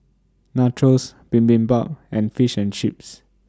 Nachos Bibimbap and Fish and Chips